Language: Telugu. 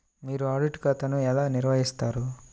మీరు ఆడిట్ ఖాతాను ఎలా నిర్వహిస్తారు?